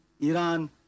Iran